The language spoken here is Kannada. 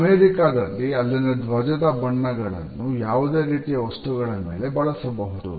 ಅಮೆರಿಕದಲ್ಲಿ ಅಲ್ಲಿನ ಧ್ವಜದ ಬಣ್ಣಗಳನ್ನು ಯಾವುದೇ ರೀತಿಯ ವಸ್ತುಗಳ ಮೇಲೆ ಬಳಸಬಹುದು